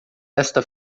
esta